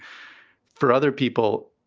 for other people,